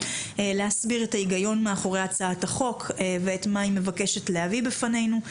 להסביר את ההיגיון מאחורי הצעת החוק ואת מה היא מבקשת להביא בפנינו,